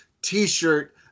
t-shirt